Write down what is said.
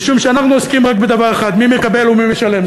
משום שאנחנו עוסקים רק בדבר אחד: מי מקבל ומי משלם.